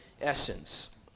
essence